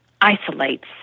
isolates